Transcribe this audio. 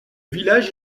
village